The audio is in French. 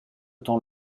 temps